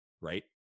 right